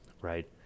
right